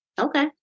Okay